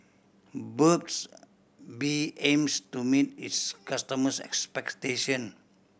Burt's Bee aims to meet its customers' expectation